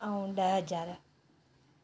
ऐं ॾह हज़ार